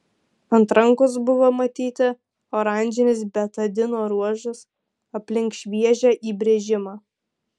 ant rankos buvo matyti oranžinis betadino ruožas aplink šviežią įbrėžimą